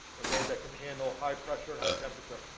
okay, that can handle high pressure and high temperature.